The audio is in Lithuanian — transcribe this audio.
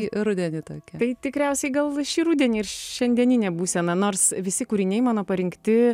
rudenį tai tikriausiai gal šį rudenį ir šiandieninė būsena nors visi kūriniai mano parinkti